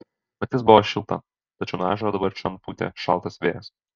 naktis buvo šilta tačiau nuo ežero dabar čion pūtė šaltas vėjas